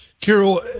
carol